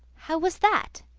how was that?